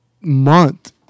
month